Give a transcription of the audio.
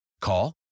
Call